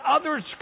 others